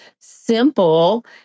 simple